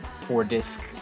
four-disc